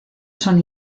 son